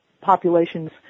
populations